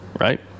right